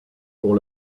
pour